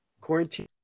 Quarantine